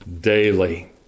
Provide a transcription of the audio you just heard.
daily